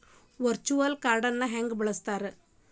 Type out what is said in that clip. Virtual ಕಾರ್ಡ್ನ ಹೆಂಗ ಬಳಸ್ತಾರ?